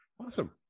Awesome